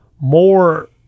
more